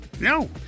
No